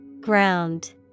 Ground